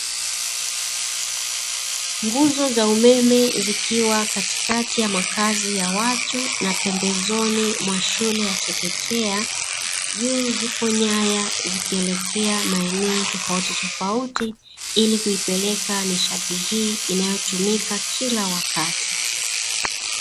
Nguzo za umeme zikiwa katikati ya makazi ya watu na pembezoni mwa shule ya chekechea, juu zipo nyaya zikielekea maeneo tofautitofauti ili kuipeleka nishati hii inayotumika kila wakati.